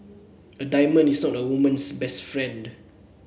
a diamond is not a woman's best friend